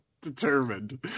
determined